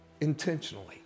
intentionally